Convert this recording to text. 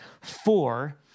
four